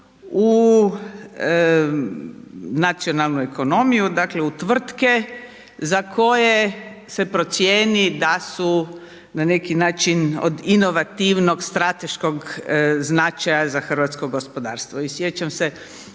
u nacionalnu ekonomiju, dakle u tvrtke za koje se procijeni da su na neki način od inovativnog strateškog značaja za hrvatsko gospodarstvo.